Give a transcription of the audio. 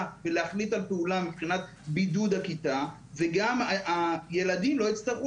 ולהחליט על פעולה מבחינת בידוד הכיתה וגם הילדים לא יצטרכו